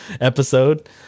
episode